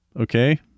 okay